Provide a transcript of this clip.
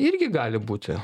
irgi gali būti